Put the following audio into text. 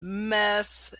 meth